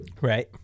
Right